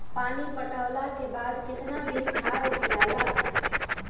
पानी पटवला के बाद केतना दिन खाद दियाला?